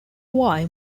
why